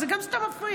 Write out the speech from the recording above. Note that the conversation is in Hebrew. וזה גם סתם מפריע.